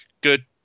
good